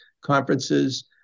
conferences